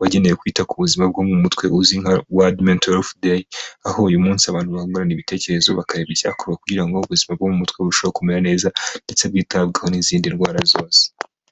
wagenewe kwita ku buzima bwo mu mutwe, uzwi nka world mental health day, aho uyu munsi abantu bungurana ibitekerezo bakareba icyakorwa, kugira ngo ubuzima bwo mu mutwe burusheho kumere neza, ndetse bwitabweho nk'izindi ndwara zose.